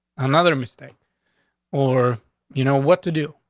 another mistake or you know what to do.